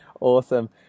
Awesome